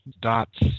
dots